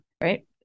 right